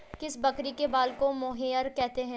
किस बकरी के बाल को मोहेयर कहते हैं?